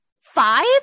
five